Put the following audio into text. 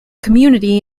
community